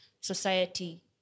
society